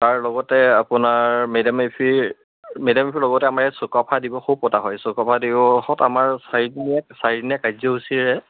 তাৰ লগতে আপোনাৰ মে ডাম মে ফিৰ মে ডাম মে ফিৰ লগতে আমাৰ চুকাফা দিৱসো পতা হয় চুকাফা দিৱসত আমাৰ চাৰিজনীয়া চাৰিদদিনীয়া কাৰ্যসূচীৰে